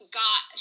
got